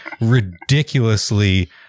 ridiculously